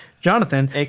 Jonathan